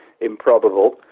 improbable